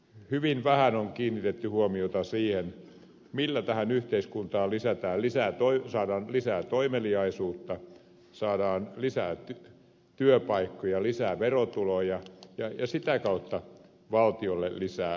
hyvin vähän on kiinnitetty huomiota siihen millä tähän yhteiskuntaan saadaan lisää toimeliaisuutta saadaan lisää työpaikkoja lisää verotuloja ja sitä kautta valtiolle lisää rahaa